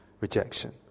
rejection